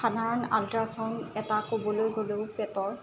সাধাৰণ আল্ট্ৰাচাউণ্ড এটা ক'বলৈ গ'লেও পেটৰ